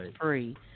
free